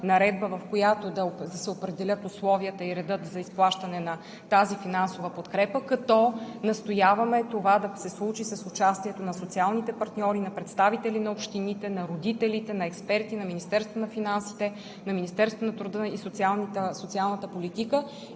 наредба, в която да се определят условията и редът за изплащане на тази финансова подкрепа, като настояваме това да се случи с участието на социалните партньори, на представители на общините, на родителите, на експерти, на Министерството на финансите, на Министерството на труда и социалната политика.